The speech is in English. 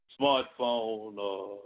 smartphone